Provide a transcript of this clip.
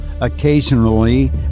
occasionally